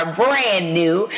brand-new